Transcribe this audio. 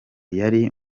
yari